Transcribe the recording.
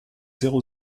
zéro